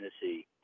Tennessee